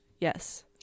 Yes